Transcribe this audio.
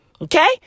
okay